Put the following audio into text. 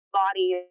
body